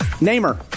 Namer